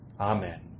Amen